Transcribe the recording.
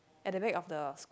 at the back of the